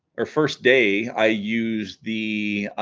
our first day i used the